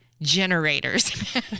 Generators